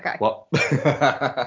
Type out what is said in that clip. okay